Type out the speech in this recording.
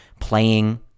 playing